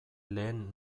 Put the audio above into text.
lehen